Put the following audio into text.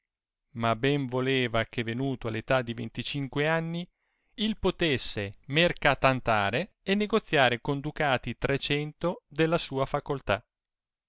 ma ben voleva che venuto all'età di venticinque anni il potesse mercatantare e negoziare con ducati trecento della sua facoltii